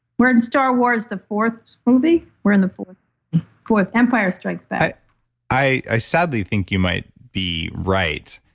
we're in star wars, the fourth movie. we're in the fourth fourth empire strikes back i i sadly think you might be right.